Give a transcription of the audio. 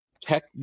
Tech